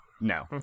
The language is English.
no